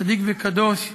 צדיק וקדוש,